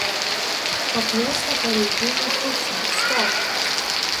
paklūsta pareigūnų šūksmui stop